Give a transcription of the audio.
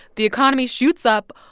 the economy shoots up.